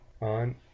on